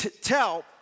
tell